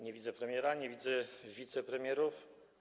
Nie widzę premiera, nie widzę wicepremierów.